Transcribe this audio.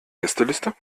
gästeliste